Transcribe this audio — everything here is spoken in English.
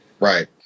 Right